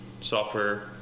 software